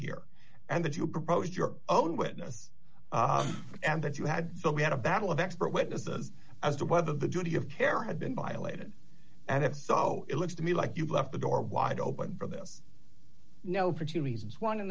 here and that you proposed your own witness and that you had so we had a battle of expert witnesses as to whether the duty of care had been violated and if so it looks to me like you've left the door wide open for this no for two reasons one in